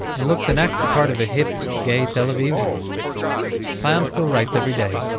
and looks and acts the part of a hip, gay tel avivi payam still writes every day.